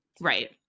Right